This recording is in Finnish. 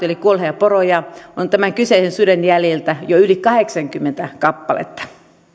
eli kuolleita poroja on tällä hetkellä tämän kyseisen suden jäljiltä jo yli kahdeksankymmentä kappaletta